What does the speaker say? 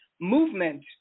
movement